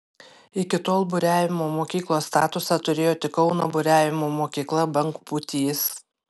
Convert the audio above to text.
iki tol buriavimo mokyklos statusą turėjo tik kauno buriavimo mokykla bangpūtys